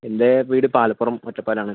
എൻ്റെ വീട് പാലപ്പുറം ഒറ്റപ്പാലം ആണ്